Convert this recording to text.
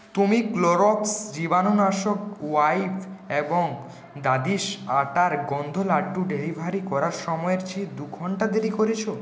তুমি ক্লোরক্স জীবাণুনাশক ওয়াইপ এবং দাদিস আটার গোন্দ লাড্ডু ডেলিভারি করার সময়ের চেয়ে দু ঘন্টা দেরী করেছ